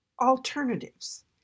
alternatives